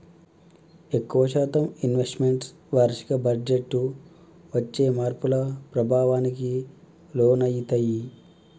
ఎక్కువ శాతం investments వార్షిక బడ్జెట్టు వచ్చే మార్పుల ప్రభావానికి లోనయితయ్యి